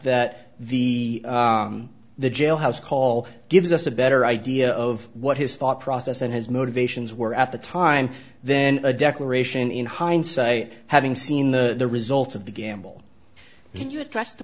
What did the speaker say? that the the jailhouse call gives us a better idea of what his thought process and his motivations were at the time then a declaration in hindsight having seen the results of the gamble can you trust the